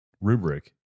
rubric